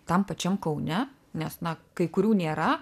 tam pačiam kaune nes na kai kurių nėra